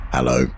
Hello